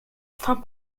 fin